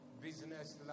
business